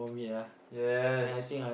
yes